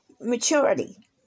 maturity